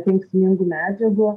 kenksmingų medžiagų